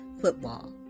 football